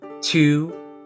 two